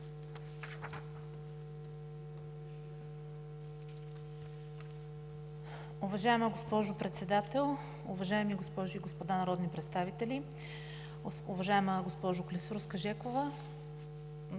Уважаема госпожо Председател, уважаеми госпожи и господа народни представители! Уважаема госпожо Желева,